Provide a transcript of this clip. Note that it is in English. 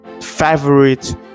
favorite